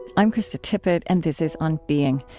i'm krista tippett, and this is on being.